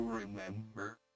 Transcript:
Remember